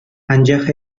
анчах